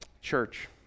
Church